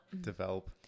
Develop